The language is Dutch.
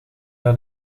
zou